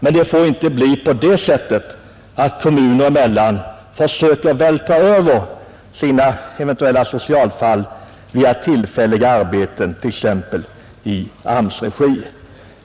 Men det får inte bli på det sättet att kommuner försöker vältra över sina eventuella socialfall på varandra via tillfälliga arbeten t.ex. i AMS:s regi.